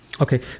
Okay